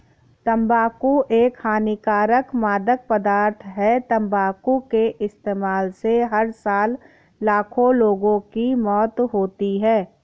तंबाकू एक हानिकारक मादक पदार्थ है, तंबाकू के इस्तेमाल से हर साल लाखों लोगों की मौत होती है